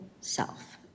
self